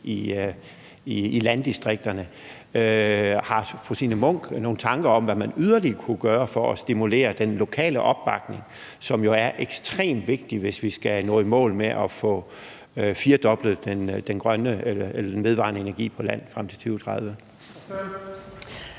i landdistrikterne. Har fru Signe Munk nogle tanker om, hvad man yderligere kunne gøre for at stimulere den lokale opbakning, som jo er ekstremt vigtig, hvis vi skal nå i mål med at få firdoblet den grønne vedvarende energi på land frem til 2023?